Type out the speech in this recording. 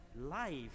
life